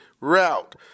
route